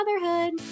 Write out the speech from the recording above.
motherhood